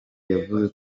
yavuze